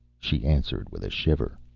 she answered with a shiver.